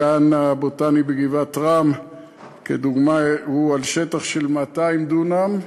הגן הבוטני בגבעת-רם הוא על שטח של 200 דונם,